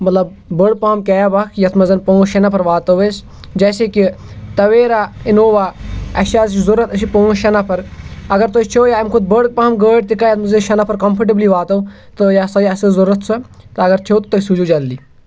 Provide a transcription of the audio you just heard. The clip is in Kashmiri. مطلب بٔڑ پَہم کیب اکھ یَتھ منٛز پانٛژھ شےٚ نَفَر واتو أسۍ جیسے کہِ تَویرا اِنوا اَسہِ چھِ آز یہِ ضوٚرَتھ أسۍ چھِ پانٛژھ شےٚ نَفَر اگر تۄہہِ چھَو یا أمۍ کھۄتہٕ بٔڑ پَہَم گٲڑۍ تِکیٛازِ اَتھ منٛز أسۍ شےٚ نَفَر کَمفٲٹیبلی واتو تہٕ یہِ ہَسا یہِ اَسہِ ٲس ضوٚرَتھ سۄ تہٕ اگر چھو تہٕ تُہۍ سوٗزِو جلدی